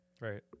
Right